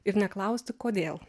ir neklausti kodėl